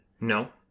no